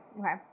Okay